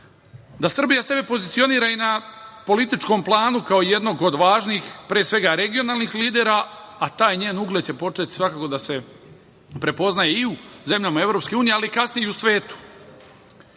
da Srbija sebe pozicionira i na političkom planu kao jednog od važnih, pre svega, regionalnih lidera, a taj njen ugled će početi svakako da se prepoznaje i u zemljama EU, ali kasnije i u svetu. Upravo